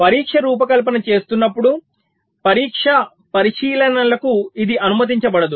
పరీక్ష రూపకల్పన చేస్తున్నప్పుడు పరీక్షా పరిశీలనలకు ఇది అనుమతించబడదు